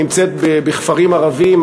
נמצאת בכפרים ערביים,